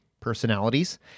personalities